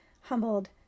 humbled